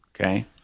Okay